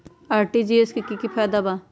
RTGS से की की फायदा बा?